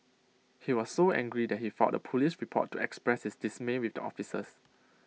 he was so angry that he thought the Police report to express his dismay with the officers